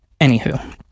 Anywho